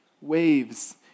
waves